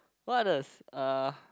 what others uh